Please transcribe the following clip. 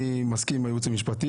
אני מסכים עם הייעוץ המשפטי,